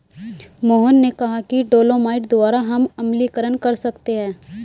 मोहन ने कहा कि डोलोमाइट द्वारा हम अम्लीकरण कर सकते हैं